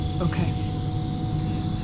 Okay